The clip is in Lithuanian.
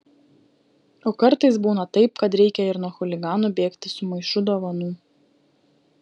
o kartais būna taip kad reikia ir nuo chuliganų bėgti su maišu dovanų